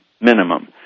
minimum